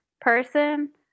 person